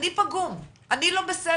אני פגום, אני לא בסדר,